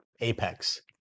apex